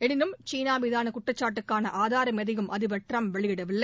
எனினும் சீனா மீதான குற்றச்சாட்டுக்கான ஆதாரம் எதையும் அதிபர் ட்ரம்ப் வெளியிடவில்லை